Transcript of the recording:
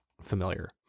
familiar